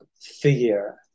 figure